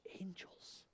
angels